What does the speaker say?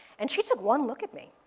and she took one look at me.